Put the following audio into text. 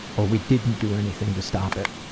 or we didn't do anything to stop it.